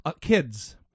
kids